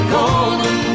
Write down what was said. golden